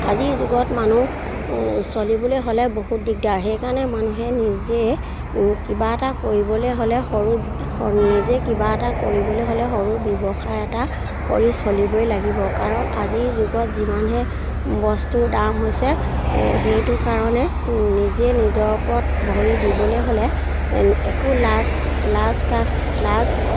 আজিৰ যুগত মানুহ চলিবলৈ হ'লে বহুত দিগদাৰ সেইকাৰণে মানুহে নিজে কিবা এটা কৰিবলৈ হ'লে সৰু নিজে কিবা এটা কৰিবলৈ হ'লে সৰু ব্যৱসায় এটা কৰি চলিবই লাগিব কাৰণ আজিৰ যুগত যিমানহে বস্তুৰ দাম হৈছে সেইটো কাৰণে নিজে নিজৰ ওপৰত ভৰি দিবলে হ'লে একো লাজ লাজ কাজ লাজ